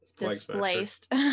displaced